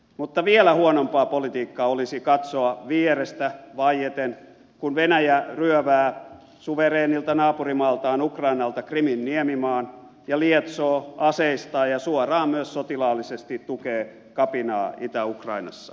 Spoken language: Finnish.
mutta vielä huonompaa politiikkaa olisi katsoa vierestä vaieten kun venäjä ryövää suvereenilta naapurimaaltaan ukrainalta krimin niemimaan ja lietsoo aseistaa ja suoraan myös sotilaallisesti tukee kapinaa itä ukrainassa